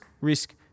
risk